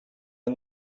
are